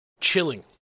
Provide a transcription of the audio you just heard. Chilling